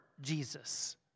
Jesus